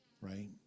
Right